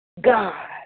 God